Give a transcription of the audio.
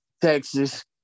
Texas